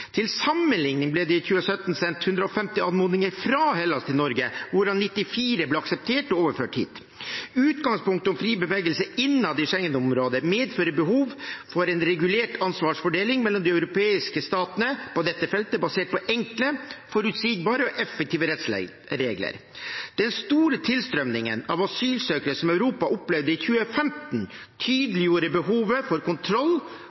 Til sammenligning ble det i 2017 sendt 150 anmodninger fra Hellas til Norge, hvorav 94 ble akseptert og overført hit. Utgangspunktet med fri bevegelse innad i Schengen-området medfører behov for en regulert ansvarsdeling mellom de europeiske statene på dette feltet, basert på enkle, forutsigbare og effektive rettsregler. Den store tilstrømningen av asylsøkere som Europa opplevde i 2015, tydeliggjorde behovet for kontroll